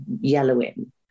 yellowing